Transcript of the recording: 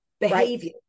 behavior